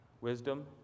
Wisdom